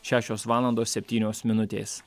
šešios valandos septynios minutės